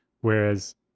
whereas